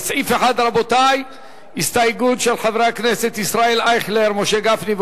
לסעיף 1 הסתייגות של חברי הכנסת ישראל אייכלר ומשה גפני.